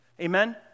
Amen